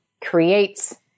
creates